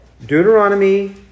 Deuteronomy